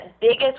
biggest